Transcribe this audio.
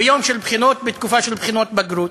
ביום של בחינות, בתקופה של בחינות בגרות,